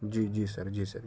جی جی جی سر جی سر